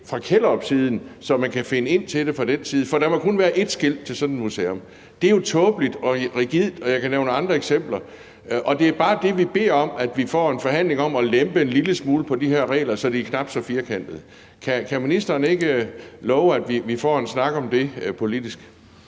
fra Kjellerupsiden, så man kan finde ind til museet fra den vej, for der må kun være ét skilt til sådan et museum. Det er jo tåbeligt og rigidt. Og jeg kan nævne andre eksempler. Det, vi bare beder om, er, at vi får en forhandling om at lempe de her regler en lille smule, så de er knap så firkantede. Kan ministeren ikke love, at vi får en snak om det politisk?